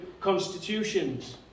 constitutions